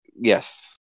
Yes